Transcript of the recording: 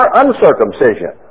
uncircumcision